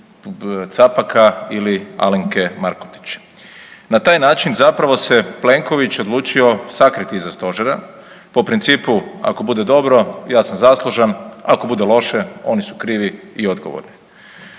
Capaka ili Alemke Markotić. Na taj način zapravo se Plenković odlučio sakriti iza stožera po principu ako bude dobro ja sam zaslužan, ako bude loše oni su krivi i odgovorni.